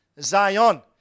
Zion